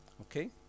okay